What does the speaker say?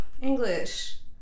English